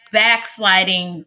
backsliding